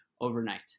overnight